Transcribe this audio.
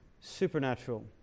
supernatural